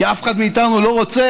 כי אף אחד מאיתנו לא רוצה